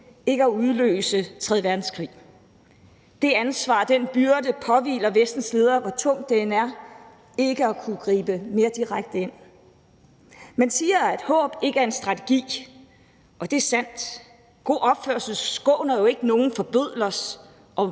ikke at udløse tredje verdenskrig. Det ansvar og den byrde påhviler Vestens ledere, hvor tungt det end er ikke at kunne gribe mere direkte ind. Man siger, at håb ikke er en strategi, og det er sandt. God opførsel skåner ikke nogen fra bødlers og